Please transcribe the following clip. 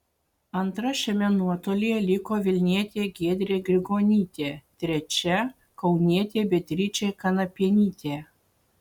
antra šiame nuotolyje liko vilnietė giedrė grigonytė trečia kaunietė beatričė kanapienytė